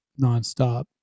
nonstop